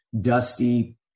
dusty